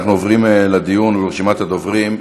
אנחנו עוברים לדיון ולרשימת הדוברים.